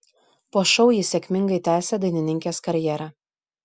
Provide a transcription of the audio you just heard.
po šou ji sėkmingai tęsė dainininkės karjerą